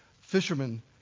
Fishermen